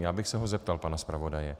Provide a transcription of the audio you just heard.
Já bych se zeptal pana zpravodaje.